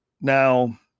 Now